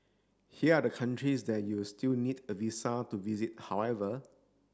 here are the countries that you will still need a visa to visit however